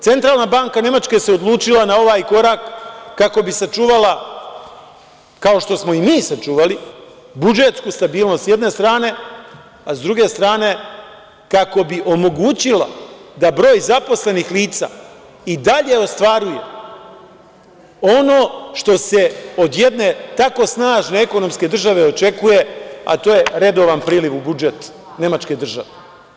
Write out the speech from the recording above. Centralna banka Nemačke se odlučila na ovaj korak kako bi sačuvala, kao što smo i mi sačuvali, budžetsku stabilnost s jedne strane, a s druge strane kako bi omogućila da broj zaposlenih lica i dalje ostvaruje ono što se od jedne tako snažne ekonomske države očekuje, a to je redovan priliv u budžet nemačke države.